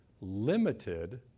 limited